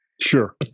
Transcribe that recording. Sure